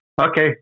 Okay